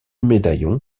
médaillon